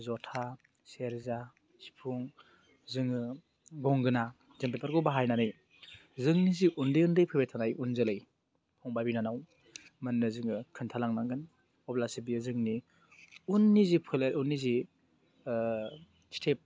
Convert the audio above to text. ज'था सेरजा सिफुं जोङो गंगोना जों बेफोरखौ बाहायनानै जोंनि जि उन्दै उन्दै फैबाय थानाय उनजोलै फंबाय बिनानावमोननो जोङो खोन्थालांनांगोन अब्लासो बियो जोंनि उननि जि फोलेर उननि जि स्टेप